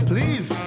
Please